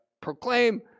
proclaim